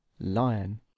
LION